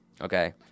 Okay